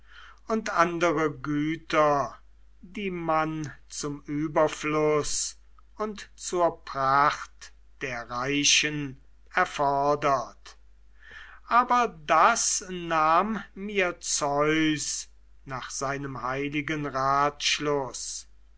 und andere güter die man zum überfluß und zur pracht der reichen erfordert aber das nahm mir zeus nach seinem heiligen ratschluß